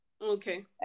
okay